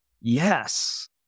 yes